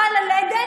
ברא.